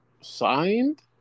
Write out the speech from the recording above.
signed